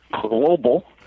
Global